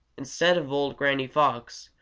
instead of old granny fox,